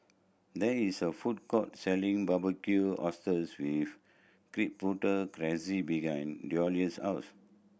there is a food court selling Barbecued Oysters with Chipotle Glaze behind Douglas' house